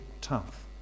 tough